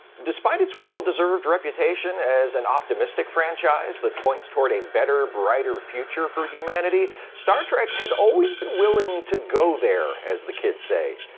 despite its well deserved reputation as an optimistic franchise that points toward a better, brighter future for humanity, star trek has always been willing to go there, as the kids say,